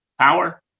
power